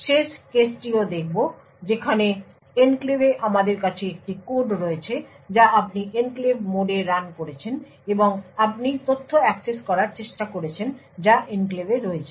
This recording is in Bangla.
শেষ কেসটিও দেখব যেখানে এনক্লেভে আমাদের কাছে একটি কোড রয়েছে যা আপনি এনক্লেভ মোডে রান করেছেন এবং আপনি তথ্য অ্যাক্সেস করার চেষ্টা করছেন যা এনক্লেভে রয়েছে